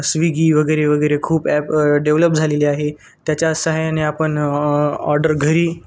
Swiggy वगैरे वगैरे खूप ॲप डेव्हलप झालेली आहे त्याच्या सहाय्याने आपण ऑर्डर घरी